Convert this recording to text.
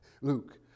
Luke